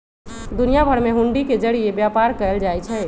दुनिया भर में हुंडी के जरिये व्यापार कएल जाई छई